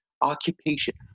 occupation